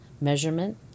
measurement